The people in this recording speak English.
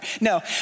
No